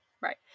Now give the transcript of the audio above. Right